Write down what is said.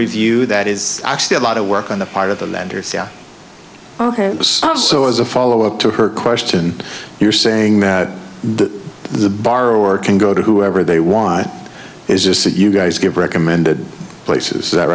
review that is actually a lot of work on the part of the lenders so as a follow up to her question you're saying that the borrower can go to whoever they want is that you guys get recommended places that